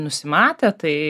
nusimatę tai